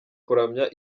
kuramya